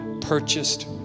purchased